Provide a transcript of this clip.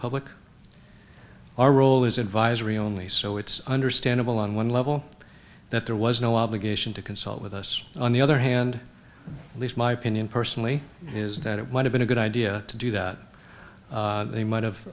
advisory only so it's understandable on one level that there was no obligation to consult with us on the other hand at least my opinion personally is that it would have been a good idea to do that they might have